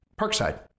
Parkside